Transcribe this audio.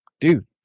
dude